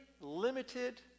limited